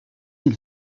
ils